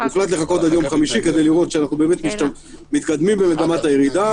הוחלט לחכות עד יום חמישי כדי לראות שאנחנו מתקדמים במגמת הירידה